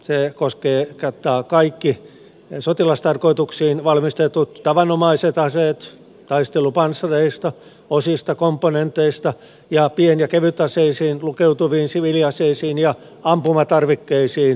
se kattaa kaikki sotilastarkoituksiin valmistetut tavanomaiset aseet kaiken taistelupanssareista osista komponenteista pien ja kevytaseisiin lukeutuviin siviiliaseisiin ja ampumatarvikkeisiin saakka